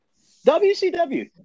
WCW